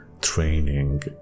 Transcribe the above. training